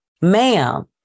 ma'am